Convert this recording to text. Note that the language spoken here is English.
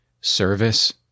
service